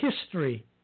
history